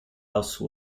else